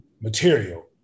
material